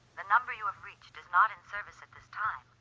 number you have reached is not in service at this time.